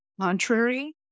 contrary